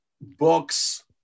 books